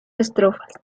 estrofas